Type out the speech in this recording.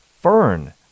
Fern